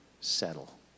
settle